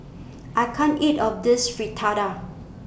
I can't eat All of This Fritada